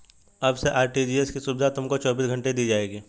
अब से आर.टी.जी.एस की सुविधा तुमको चौबीस घंटे दी जाएगी